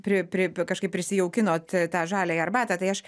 pri pri kažkaip prisijaukinot tą žaliąją arbatą tai aš